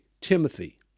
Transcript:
Timothy